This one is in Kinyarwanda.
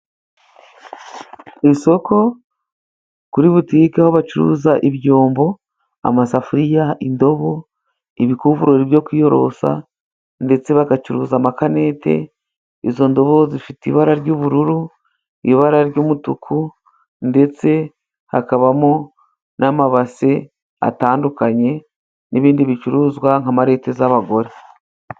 Ku isoko kuri butike aho bacuruza ibyombo, amasafuriya, indobo, ibikuvurori byo kwiyorosa ndetse bagacuruza amakanete. Izo ndobo zifite ibara ry'ubururu, ibara ry'umutuku ndetse hakabamo n'amabase atandukanye n'ibindi bicuruzwa nka marete z'abagore.